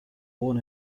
born